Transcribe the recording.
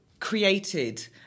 created